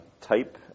type